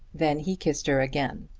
then he kissed her again.